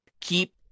keep